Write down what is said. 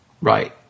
right